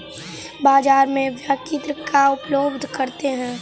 बाजार में व्यक्ति का उपलब्ध करते हैं?